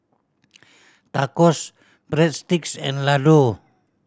Tacos Breadsticks and Ladoo